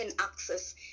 access